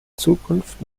zukunft